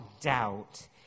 doubt